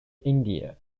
india